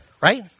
right